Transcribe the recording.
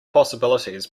possibilities